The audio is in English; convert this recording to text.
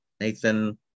Nathan